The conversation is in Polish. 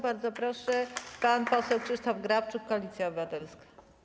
Bardzo proszę, pan poseł Krzysztof Grabczuk, Koalicja Obywatelska.